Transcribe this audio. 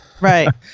Right